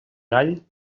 gall